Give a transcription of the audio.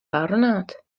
parunāt